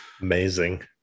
Amazing